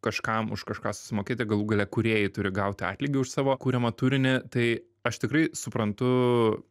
kažkam už kažką susimokėti galų gale kūrėjai turi gauti atlygį už savo kuriamą turinį tai aš tikrai suprantu